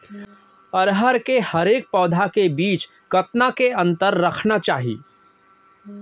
अरहर के हरेक पौधा के बीच कतना के अंतर रखना चाही?